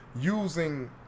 using